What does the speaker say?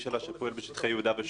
שפועל בשטחי יהודה ושומרון.